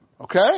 Okay